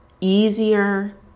easier